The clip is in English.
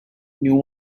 new